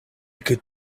could